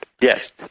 Yes